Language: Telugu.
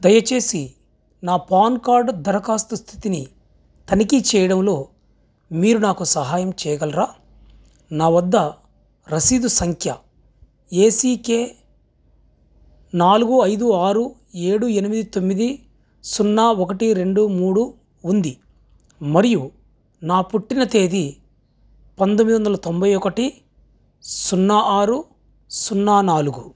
దయచేసి నా పాన్ కార్డు దరఖాస్తు స్థితిని తనిఖీ చేయడంలో మీరు నాకు సహాయం చేయగలరా నా వద్ద రసీదు సంఖ్య ఏ సీ కే నాలుగు ఐదు ఆరు ఏడు ఎనిమిది తొమ్మిది సున్నా ఒకటి రెండు మూడు ఉంది మరియు నా పుట్టిన తేదీ పంతొమ్మిది వందల తొంభై ఒకటి సున్నా ఆరు సున్నా నాలుగు